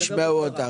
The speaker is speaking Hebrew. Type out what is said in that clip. בקצרה.